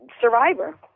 Survivor